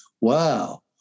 Wow